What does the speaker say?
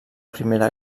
primera